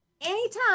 anytime